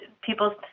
people